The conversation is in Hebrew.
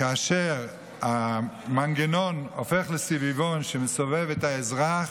כאשר המנגנון הופך לסביבון שמסובב את האזרח,